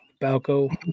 Balco